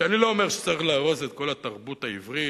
שאני לא אומר שצריך להרוס את כל התרבות העברית.